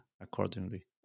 accordingly